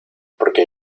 porque